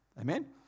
Amen